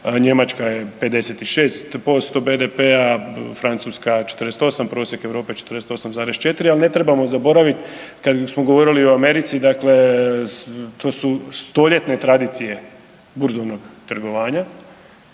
Njemačka je 56% BDP-a, Francuska 48, prosjek Europe 48,4. Al ne trebamo zaboravit kad smo govorili o Americi, dakle to su stoljetne tradicije burzovnog trgovanja.